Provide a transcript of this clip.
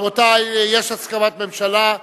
רבותי, יש הסכמת ממשלה.